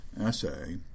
essay